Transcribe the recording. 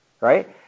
right